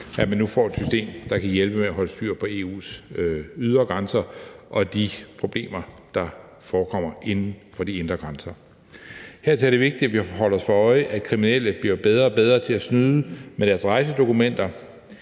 at man nu får et system, der kan hjælpe med at holde styr på EU's ydre grænser og de problemer, der forekommer inden for de indre grænser. Hertil er det vigtigt, at vi holder os for øje, at kriminelle bliver bedre og bedre til at snyde med deres rejsedokumenter.